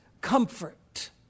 comfort